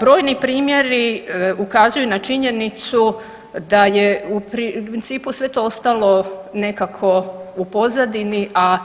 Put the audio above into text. Brojni primjeri ukazuju na činjenicu da je u principu sve to ostalo nekako u pozadini, a